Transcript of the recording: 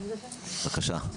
בבקשה,